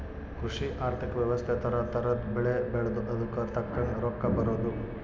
ಕೃಷಿ ಆರ್ಥಿಕ ವ್ಯವಸ್ತೆ ತರ ತರದ್ ಬೆಳೆ ಬೆಳ್ದು ಅದುಕ್ ತಕ್ಕಂಗ್ ರೊಕ್ಕ ಬರೋದು